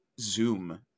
Zoom